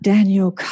Daniel